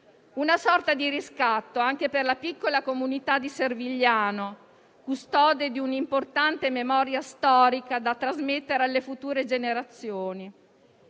una sorta di riscatto anche per la piccola comunità di Servigliano, custode di un'importante memoria storica da trasmettere alle future generazioni.